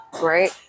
Right